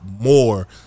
more